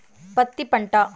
పత్తి పంట